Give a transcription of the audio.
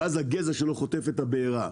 ואז הגזע שלו חוטף את הבעירה.